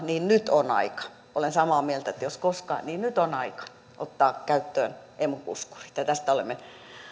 niin nyt on aika olen samaa mieltä että jos koskaan niin nyt on aika ottaa käyttöön emu puskurit tästä olemme